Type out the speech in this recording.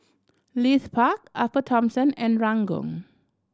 Leith Park Upper Thomson and Ranggung